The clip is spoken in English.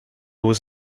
was